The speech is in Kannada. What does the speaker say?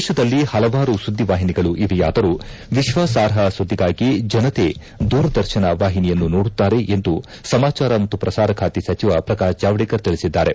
ದೇಶದಲ್ಲಿ ಹಲವಾರು ಸುದ್ದಿವಾಹಿನಿಗಳು ಇವೆಯಾದರೂ ವಿಶ್ವಾಸಾರ್ಹ ಸುದ್ದಿಗಾಗಿ ಜನತೆ ದೂರದರ್ಶನ ವಾಹಿನಿಯನ್ನು ನೋಡುತ್ತಾರೆ ಎಂದು ಸಮಾಚಾರ ಮತ್ತು ಪ್ರಸಾರ ಖಾತೆ ಸಚಿವ ಪ್ರಕಾಶ್ ಜಾವಡೇಕರ್ ತಿಳಿಸಿದ್ದಾರೆ